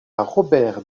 robert